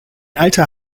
alter